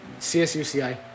CSUCI